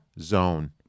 zone